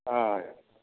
ആ